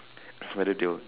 don't know whether they will